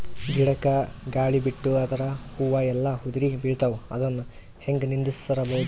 ಗಿಡಕ, ಗಾಳಿ ಬಿಟ್ಟು ಅದರ ಹೂವ ಎಲ್ಲಾ ಉದುರಿಬೀಳತಾವ, ಅದನ್ ಹೆಂಗ ನಿಂದರಸದು?